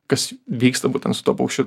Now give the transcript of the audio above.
kas vyksta būtent su tuo paukščiu